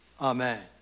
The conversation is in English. amen